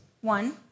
One